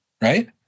right